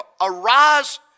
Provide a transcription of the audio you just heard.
arise